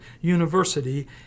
University